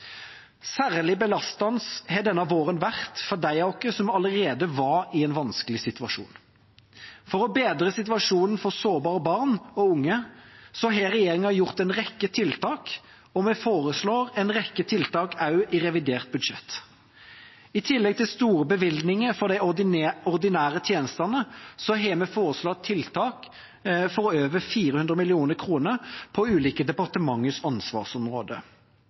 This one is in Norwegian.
Særlig belastende har denne våren vært for de av oss som allerede var i en vanskelig situasjon. For å bedre situasjonen for sårbare barn og unge har regjeringa satt i verk en rekke tiltak, og vi foreslår også en rekke tiltak i revidert budsjett. I tillegg til store bevilgninger for de ordinære tjenestene har vi foreslått tiltak for over 400 mill. kr på ulike departementers